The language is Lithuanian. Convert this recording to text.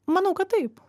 manau kad taip